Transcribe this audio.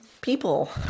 people